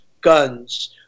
guns